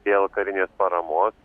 dėl karinės paramos